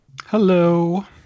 hello